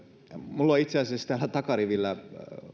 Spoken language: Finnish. minulla on itse asiassa täällä takarivillä